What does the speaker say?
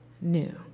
new